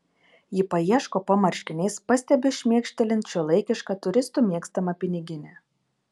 ji paieško po marškiniais pastebiu šmėkštelint šiuolaikišką turistų mėgstamą piniginę